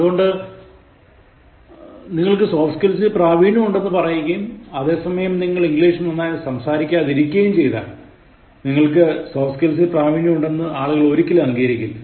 അതുകൊണ്ട് നിങ്ങൾക്ക് സോഫ്റ്റ് സ്കിൽസിൽ പ്രാവിണ്യം ഉണ്ടെന്നു പറയുകയും അതേ സമയം നിങ്ങൾ ഇംഗ്ലീഷ് നന്നായി സംസാരിക്കാതിരിക്കുകയും ചെയ്താൽ നിങ്ങൾക്ക് സോഫ്റ്റ് സ്കിൽസിൽ പ്രാവിണ്യം ഉണ്ടെന്നത് ആളുകൾ ഒരിക്കലും അങ്കികരിക്കില്ല